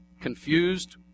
Confused